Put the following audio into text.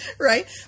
right